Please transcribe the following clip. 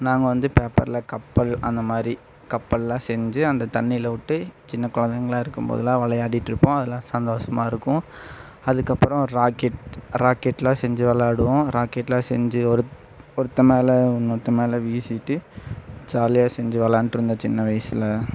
நாங்கள் வந்து பேப்பரில் கப்பல் அந்தமாதிரி கப்பெல்லாம் செஞ்சு அந்த தண்ணியில் விட்டு சின்ன குழந்தைங்களா இருக்கும் போதெலாம் விளையாடிட்டு இருப்போம் அதெலாம் சந்தோஷமாக இருக்கும் அதுக்கப்புறம் ராக்கெட் ராக்கெட்லாம் செஞ்சு விளையாடுவோம் ராக்கெட்லாம் செஞ்சு ஒருத் ஒருத்தன் மேலே இன்னொருத்தன் மேலே வீசிகிட்டு ஜாலியாக செஞ்சு விளான்ட்டு இருந்தோம் சின்ன வயசில்